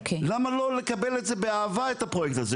למה לא לקבל את זה באהבה את הפרויקט הזה,